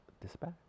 Dispatch